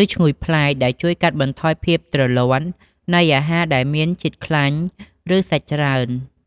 ឬឈ្ងុយប្លែក ដែលជួយ កាត់បន្ថយភាពទ្រលាន់ នៃអាហារដែលមានជាតិខ្លាញ់ ឬសាច់ច្រើន។